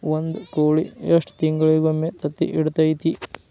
ಒಂದ್ ಕೋಳಿ ಎಷ್ಟ ತಿಂಗಳಿಗೊಮ್ಮೆ ತತ್ತಿ ಇಡತೈತಿ?